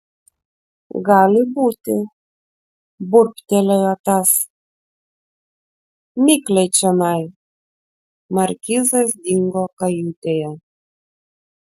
gali būti burbtelėjo tas mikliai čionai markizas dingo kajutėje